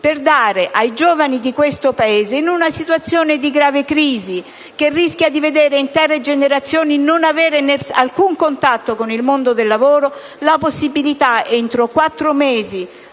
per dare ai giovani di questo Paese, in una situazione di grave crisi, che rischia di vedere intere generazioni senza alcun contatto con il mondo del lavoro, la possibilità, entro quattro mesi